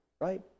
Right